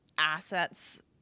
assets